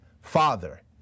father